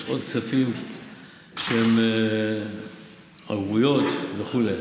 יש עוד כספים שהם ערבויות וכו'.